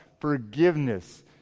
forgiveness